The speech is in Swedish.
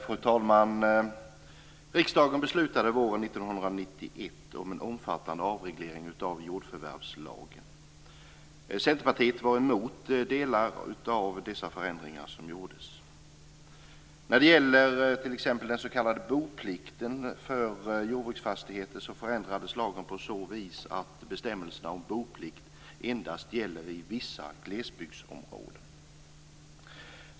Fru talman! Riksdagen beslutade våren 1991 om en omfattande avreglering av jordförvärvslagen. Centerpartiet var emot en del av de förändringar som gjordes. När det gäller t.ex. den s.k. boplikten för jordbruksfastigheter, förändrades lagen på så vis att bestämmelserna om boplikt nu endast gäller i vissa glesbygdsområden.